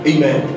Amen